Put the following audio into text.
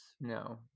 No